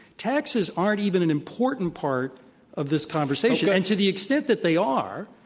taxes aren't even an important part of this conversation. and, to the extent that they are,